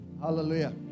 Hallelujah